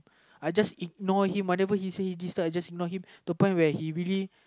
I just ignore him whatever he say he disturb to the point where he really